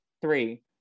three